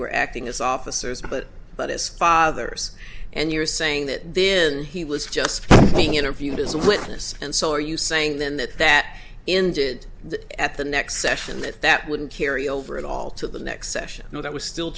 were acting as officers but but as fathers and you're saying that then he was just being interviewed as a witness and so are you saying then that that ended at the next session that that wouldn't carry over at all to the next session no that was still